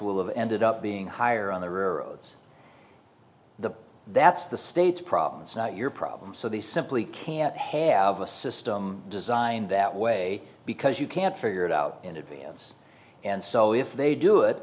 have ended up being higher on there are the that's the state's problem it's not your problem so they simply can't have a system designed that way because you can't figure it out in advance and so if they do it